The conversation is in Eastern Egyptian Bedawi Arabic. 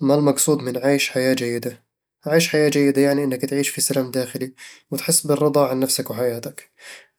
ما المقصود من عيش حياة جيدة؟ عيش حياة جيدة يعني أنك تعيش في سلام داخلي، وتحس بالرضا عن نفسك وحياتك